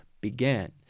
began